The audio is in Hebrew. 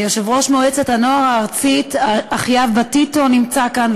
יושב-ראש מועצת הנוער הארצית אליאב בטיטו נמצא כאן,